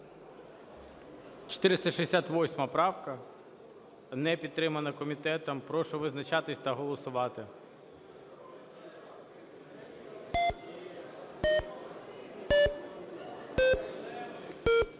468 правку. Не підтримана комітетом. Прошу визначатись та голосувати.